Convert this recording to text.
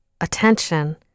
attention